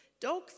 dogs